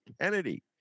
kennedy